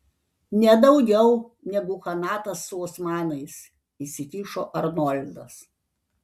nedaugiau negu chanatas su osmanais įsikišo arnoldas